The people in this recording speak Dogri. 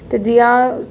ते जि'यां